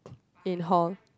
in hall